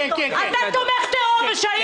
מה אתה מדבר עליי בערבית?